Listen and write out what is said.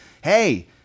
Hey